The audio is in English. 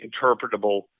interpretable